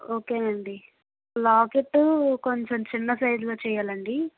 okay అండీ locket కొంచం చిన్న సైజులో చెయ్యల్లండీ